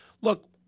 Look